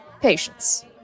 Patience